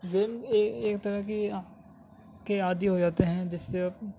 game ایک طرح کی کے عادی ہو جاتے ہیں جس سے